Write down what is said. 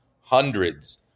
hundreds